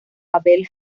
abel